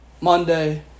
Monday